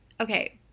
Okay